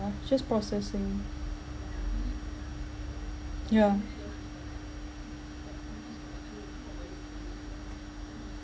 ya just processing yeah